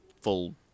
full